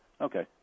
Okay